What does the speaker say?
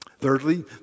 Thirdly